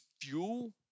fuel